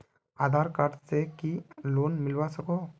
आधार card से की loan मिलवा सकोहो?